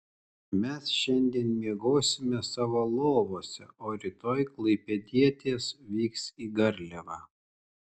mes šiandien miegosime savo lovose o rytoj klaipėdietės vyks į garliavą